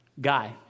guy